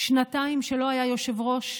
שלא היה יושב-ראש.